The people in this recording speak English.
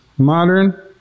Modern